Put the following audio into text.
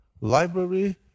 library